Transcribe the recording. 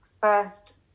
first